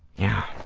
yeah,